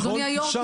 אדוני היו"ר.